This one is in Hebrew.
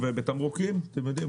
ובתמרוקים אתם יודעים,